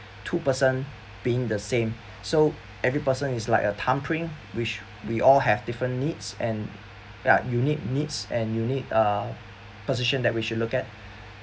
two person being the same so every person is like a thumb print which we all have different needs and ya unique needs and unique uh position that we should look at